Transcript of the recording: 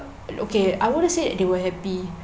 okay I wouldn't say they were happy